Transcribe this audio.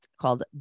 called